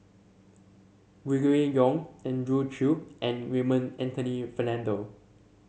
we Gregory Yong Andrew Chew and Raymond Anthony Fernando